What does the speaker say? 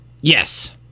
Yes